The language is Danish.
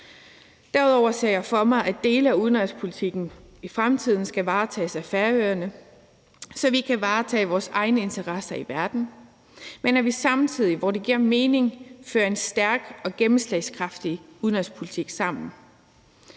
Derudover ser jeg for mig, at dele af udenrigspolitikken i fremtiden skal varetages af Færøerne, så vi kan varetage vores egne interesser i verden, men at vi samtidig, hvor det giver mening, fører en stærk og gennemslagskraftig udenrigspolitik sammen.